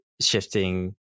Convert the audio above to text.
shifting